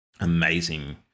amazing